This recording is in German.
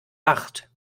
acht